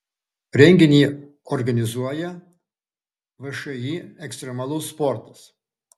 renginį organizuoja všį ekstremalus sportas